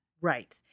Right